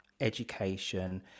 education